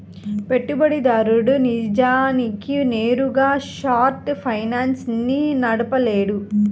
పెట్టుబడిదారుడు నిజానికి నేరుగా షార్ట్ ఫైనాన్స్ ని నడపలేడు